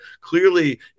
clearly